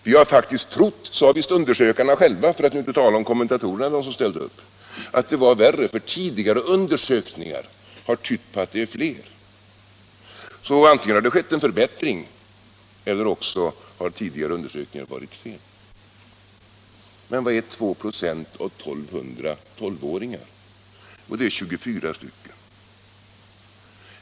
Vi hade faktiskt trott, sade undersökarna själva — för att inte tala om kommentatorerna —, att det var värre, för tidigare undersökningar har tytt på att det var fler. Så antingen har det skett en förbättring, eller också har tidigare undersökningar varit fel. Men vad är 2 96 av 1 200 12-åringar? Jo, det är 24 barn.